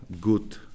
good